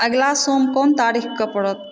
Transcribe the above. अगिला सोम कोन तारीख कऽ परत